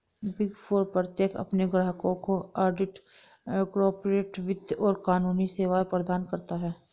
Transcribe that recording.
big four प्रत्येक अपने ग्राहकों को ऑडिट, कॉर्पोरेट वित्त और कानूनी सेवाएं प्रदान करता है